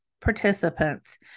participants